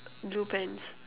blue pants